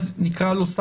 נקרא לו,